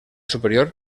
superior